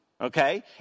Okay